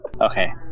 Okay